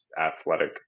athletic